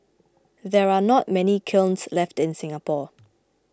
there are not many kilns left in Singapore